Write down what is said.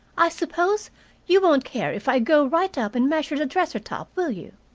i suppose you won't care if i go right up and measure the dresser-top, will you?